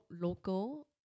local